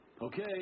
Okay